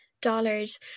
dollars